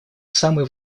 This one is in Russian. самый